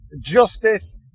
justice